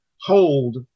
hold